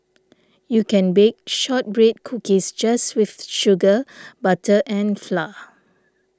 you can bake Shortbread Cookies just with sugar butter and flour